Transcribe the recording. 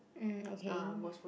um okay